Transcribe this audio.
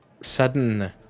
sudden